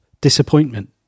disappointment